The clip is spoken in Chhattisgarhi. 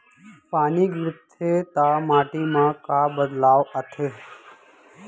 पानी गिरथे ता माटी मा का बदलाव आथे?